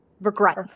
regret